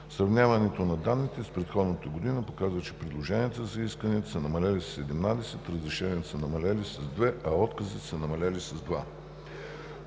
Сравняването на данните с предходната година показва, че предложенията за исканията са намалели със 17, разрешенията са намалели с две, а отказите са намалели с